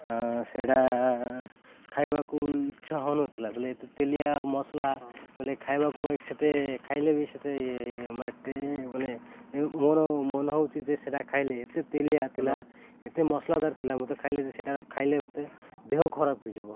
ସେଇଟା ଖାଇବାକୁ ଇଚ୍ଛା ହେଉନଥିଲା ବୋଲେ ଏତେ ତେଲିଆ ମସଲା ବଲେ ଖାଇବାକୁ ବ ସେତେ ଖାଇଲେ ବି ସେତେ ମାନେ ଟେ ମାନେ ମନ ମନ ହେଉଛି ଯେ ସେଇଟା ଖାଇଲେ ଏତେ ତେଲିଆ ଥିଲା ଏତେ ମସଲାଦାର ଥିଲା ମୋତେ ଖାଇଲେ ଯେ ସେଇଟା ଖାଇଲେ ମୋତେ ଦେହ ଖରାପ ହେଇଯିବ